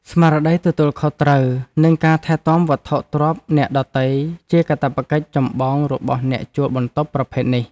ស្មារតីទទួលខុសត្រូវនិងការថែទាំវត្ថុទ្រព្យអ្នកដទៃជាកាតព្វកិច្ចចម្បងរបស់អ្នកជួលបន្ទប់ប្រភេទនេះ។